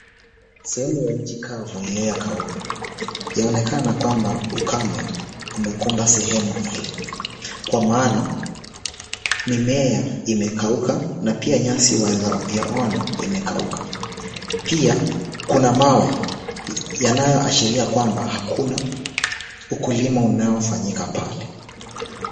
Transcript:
Sehemu ya inchi kavu iliyo kauka, yaonekana kwamba ukame umekumba sehemu hii. Kwa maana, mimea imekauka na pia nyasi waweza vyaona imekauka. Pia, kuna mawe, yanayoashiria kwamba hakuna ukulimu unaofanyika pale.